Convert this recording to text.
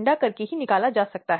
लाना चाहता है